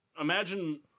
Imagine